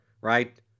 Right